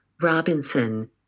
Robinson